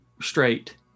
straight